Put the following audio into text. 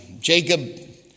Jacob